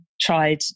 tried